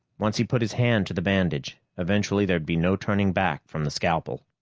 once he put his hand to the bandage, eventually there'd be no turning back from the scalpel.